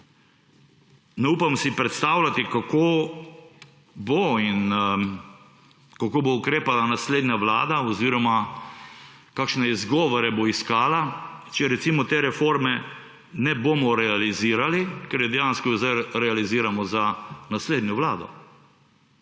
Ne upam si predstavljati, kako bo in kako bo ukrepala naslednja vlada oziroma kakšne izgovore bo iskala, če recimo te reforme ne bomo realizirali, ker jih dejansko zdaj realiziramo za naslednjo vlado.